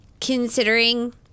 considering